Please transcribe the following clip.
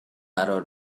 قرار